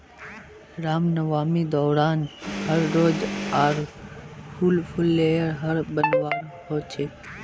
रामनवामी दौरान हर रोज़ आर हुल फूल लेयर हर बनवार होच छे